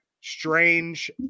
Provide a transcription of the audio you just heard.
strange